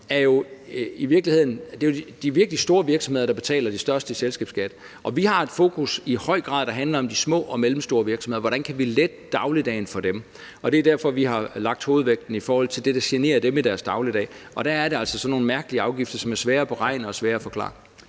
er det de virkelig store virksomheder, der betaler den største selskabsskat. Og vi har i høj grad et fokus, der handler om de små og mellemstore virksomheder og hvordan vi kan lette dagligdagen for dem. Og det er derfor, vi har lagt hovedvægten på det, der generer dem i deres dagligdag. Og der er det altså sådan nogle mærkelige afgifter, som er svære at beregne og svære at forklare.